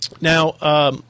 Now